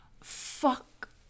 fuck